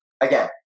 Again